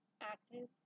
active